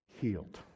healed